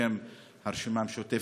בשם הרשימה המשותפת,